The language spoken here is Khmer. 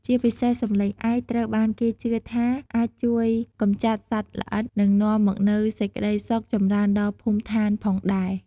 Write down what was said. ជាពិសេស សំឡេងឯក ត្រូវបានគេជឿថា អាចជួយកម្ចាត់សត្វល្អិត និងនាំមកនូវសេចក្តីសុខចម្រើនដល់ភូមិឋានផងដែរ។